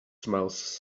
smells